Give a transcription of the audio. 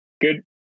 good